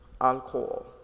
alcohol